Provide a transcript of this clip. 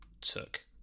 took